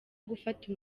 gufata